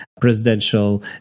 presidential